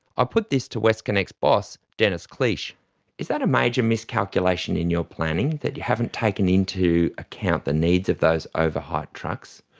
i put this to westconnex boss dennis cliche is that a major miscalculation in your planning, that you haven't taken into account the needs of those over-height trucks?